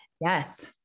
Yes